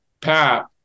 Pat